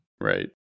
Right